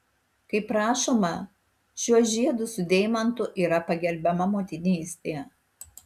kaip rašoma šiuo žiedu su deimantu yra pagerbiama motinystė